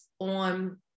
on